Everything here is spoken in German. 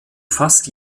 fast